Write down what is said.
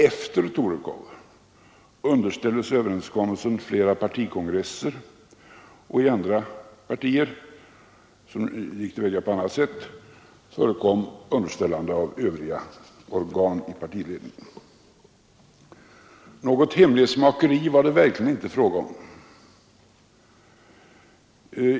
Efter Torekov underställdes överenskommelsen flera partikongresser, och i partier som gick till väga på annat sätt förekom underställande av övriga organ i partiledningen. Något hemlighetsmakeri var det verkligen inte fråga om.